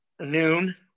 noon